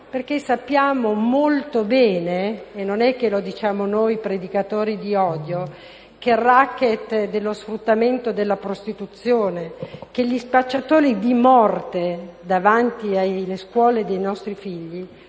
perché conosciamo molto bene (e non lo diciamo noi predicatori di odio) il *racket* dello sfruttamento della prostituzione, che gli spacciatori di morte davanti alle scuole dei nostri figli